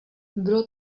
bylo